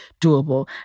doable